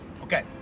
Okay